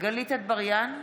גלית דיסטל אטבריאן,